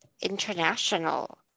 international